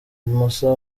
musa